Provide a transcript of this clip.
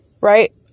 right